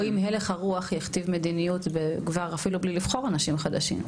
או אם הלך הרוח יכתיב מדיניות כבר אפילו בלי לבחור אנשים חדשים,